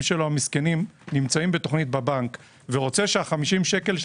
שלו המסכנים נמצאים בתוכנית בבנק ורוצה שה-50 שקל של